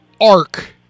ARK